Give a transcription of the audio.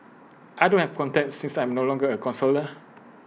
I don't have contacts since I am no longer A counsellor